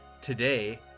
Today